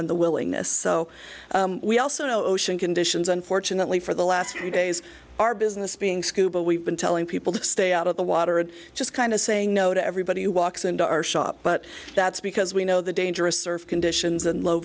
and the willingness so we also know ocean conditions unfortunately for the last few days our business being scuba we've been telling people to stay out of the water and just kind of saying no to everybody who walks into our shop but that's because we know the dangerous surf conditions and low